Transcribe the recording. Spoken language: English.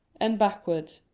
and backwards.